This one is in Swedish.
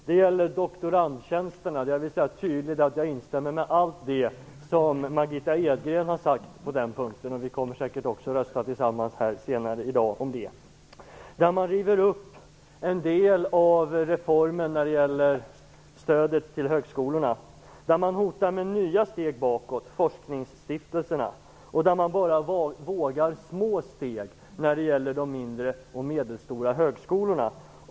Det gäller doktorandtjänsterna. Jag vill understryka att jag instämmer i allt det som Margitta Edgren har sagt på den punkten. Vi kommer säkert också att rösta tillsammans senare i dag. Man river upp en del av reformen när det gäller stödet till högskolorna. Man hotar med nya steg bakåt - forskningsstiftelserna. Man vågar bara ta små steg när det gäller de mindre och medelstora högskolorna.